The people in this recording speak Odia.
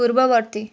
ପୂର୍ବବର୍ତ୍ତୀ